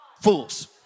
fools